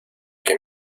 que